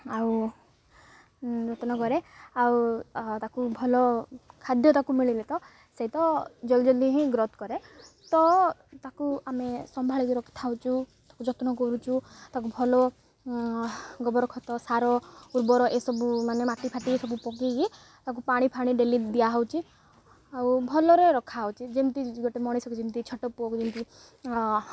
ଆଉ ଯତ୍ନ କରେ ଆଉ ଆଉ ତାକୁ ଭଲ ଖାଦ୍ୟ ତାକୁ ମିଳିଲେ ତ ସେ ତ ଜଲ୍ଦି ଜଲ୍ଦି ହିଁ ଗ୍ରୋଥ୍ କରେ ତ ତାକୁ ଆମେ ସମ୍ଭାଳିକି ରଖିଥାଉଛୁ ତାକୁ ଯତ୍ନ କରୁଛୁ ତାକୁ ଭଲ ଗୋବର ଖତ ସାର ଉର୍ବର ଏସବୁ ମାନେ ମାଟିଫାଟି ସବୁ ପକେଇକି ତାକୁ ପାଣିଫାଣି ଡ଼େଲି ଦିଆହେଉଛି ଆଉ ଭଲରେ ରଖାହେଉଛୁ ଯେମିତି ଗୋଟେ ମଣିଷକୁ ଯେମିତି ଛୋଟ ପୁଅକୁ ଯେମିତି